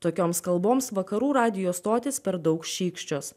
tokioms kalboms vakarų radijo stotys per daug šykščios